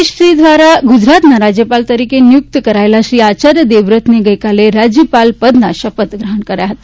રાષ્ટ્રપતિશ્રી દ્વારા ગુજરાતના રાજ્યપાલ તરીકે નિયુક્ત કરાયેલા શ્રી આચાર્ય દેવવ્રતે ગઇકાલે રાજ્યપાલ પદના શપથ ગ્રહણ કર્યા છે